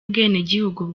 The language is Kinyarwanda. ubwenegihugu